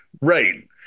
Right